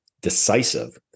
decisive